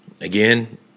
again